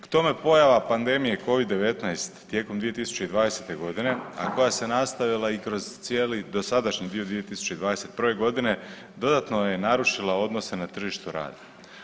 K tome pojava pandemije Covid-19 tijekom 2020.g., a koja se nastavila i kroz cijeli dosadašnji dio 2021.g. dodatno je narušila odnose na tržištu rada.